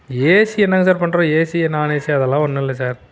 AC என்னங்க sir பண்ணுறோம் ஏசியை நான்ஏசி அதெல்லாம் ஒன்றும் இல்லை சார்